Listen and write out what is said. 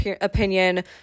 opinion